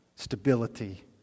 stability